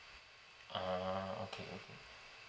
ah okay okay